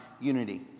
unity